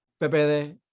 PPD